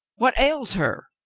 what ails her?